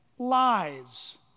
lies